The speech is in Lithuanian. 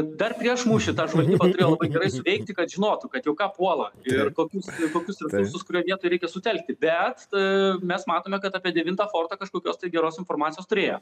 dar prieš mūšį tą žvalgyba turėjo labai gerai suveikti kad žinotų kad jau ką puola ir kokius kokius resursus kurioj vietoj reikia sutelkti bet mes matome kad apie devintą fortą kažkokios tai geros informacijos turėjo